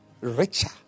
richer